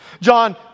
John